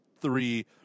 three